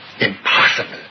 impossible